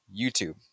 YouTube